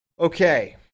Okay